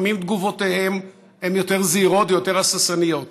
לפעמים תגובותיהם יותר זהירות ויותר הססניות.